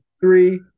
three